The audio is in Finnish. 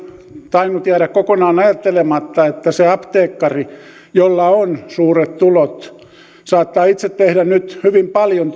tainnut jäädä kokonaan ajattelematta että se apteekkari jolla on suuret tulot saattaa itse tehdä nyt hyvin paljon